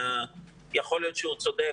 יכול להיות שהוא צודק,